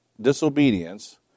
disobedience